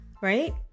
right